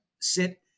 sit